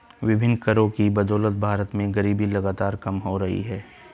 विभिन्न करों की बदौलत भारत में गरीबी लगातार कम हो रही है